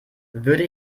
würde